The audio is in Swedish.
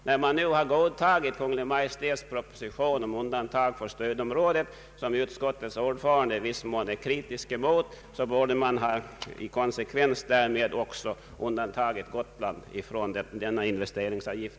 När nu Kungl. Maj:ts proposition om undantag för stödområdet har godtagits — en sak som utskottets ordförande i viss mån är kritisk emot -— borde i konsekvens härmed också Gotland undantas från investeringsavgift.